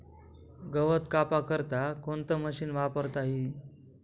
गवत कापा करता कोणतं मशीन वापरता ई?